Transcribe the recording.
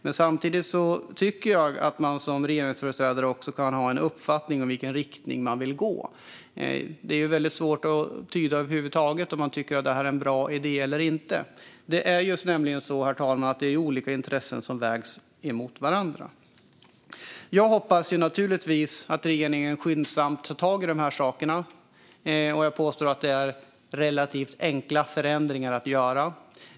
Men samtidigt tycker jag att man som regeringsföreträdare också kan ha en uppfattning om vilken riktning man vill gå i. Det är väldigt svårt att över huvud taget tyda om man tycker att det här är en bra idé eller inte. Det är ju nämligen så, herr talman, att det är olika intressen som vägs emot varandra. Jag hoppas naturligtvis att regeringen skyndsamt tar tag i de här sakerna. Jag påstår att det är relativt enkla förändringar att göra.